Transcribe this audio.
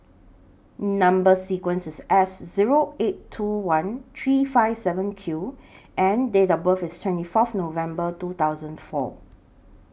Number sequence IS S Zero eight two one three five seven Q and Date of birth IS twenty forth November two thousand four